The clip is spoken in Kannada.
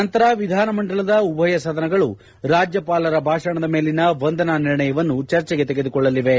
ನಂತರ ವಿಧಾನಮಂಡಲದ ಉಭಯ ಸದನಗಳು ರಾಜ್ಯಪಾಲರ ಭಾಷಣದ ಮೇಲಿನ ವಂದನಾ ನಿರ್ಣಯವನ್ನು ಚರ್ಚೆಗೆ ತೆಗೆದುಕೊಳ್ಳಲಿವೆ